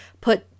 put